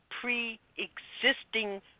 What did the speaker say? pre-existing